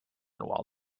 while